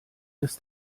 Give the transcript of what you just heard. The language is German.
des